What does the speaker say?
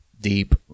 deep